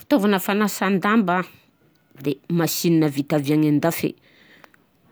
Fitaovana fanasan-damba an de masinia vita avy agny an-dafy,